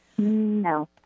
No